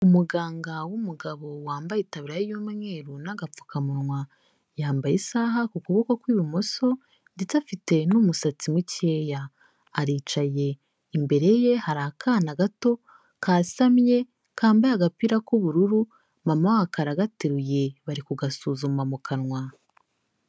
Umuganga w'umugabo wambaye itaburiya y'umweru n'agapfukamunwa, yambaye isaha ku kuboko kw'ibumoso ndetse afite n'umusatsi mukeya. Aricaye, imbere ye hari akana gato, kasamye, kambaye agapira k'ubururu, mama wako aragateruye, bari kugasuzuma mu kanwa.